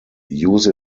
use